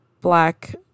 black